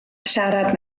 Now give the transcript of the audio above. siarad